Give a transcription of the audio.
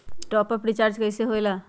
Top up recharge कइसे होएला?